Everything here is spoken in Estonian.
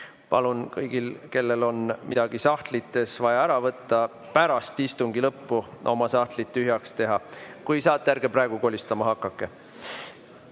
palun kõigil, kellel on vaja midagi sahtlitest ära võtta, pärast istungi lõppu oma sahtlid tühjaks teha. Kui saate, ärge praegu kolistama hakake.